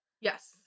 Yes